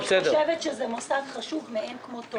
אני חושבת שזה מוסד חשוב מאין כמותו.